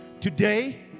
Today